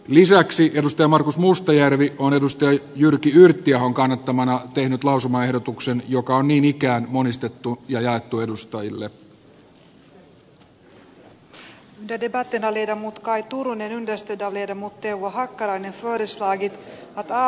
lisäksi edustaja markus mustajärvi on edustaja eduskunta edellyttää että hallitus toimii kreikan saattamiseksi hallittuun velkajärjestelyyn ja ryhtyy toimenpiteisiin suomen talouden ja työllisyyden turvaamiseksi